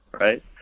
right